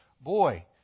boy